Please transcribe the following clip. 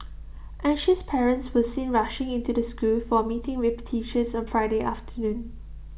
anxious parents were seen rushing into the school for A meeting with teachers on Friday afternoon